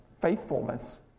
faithfulness